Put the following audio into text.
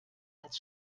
als